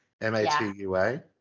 M-A-T-U-A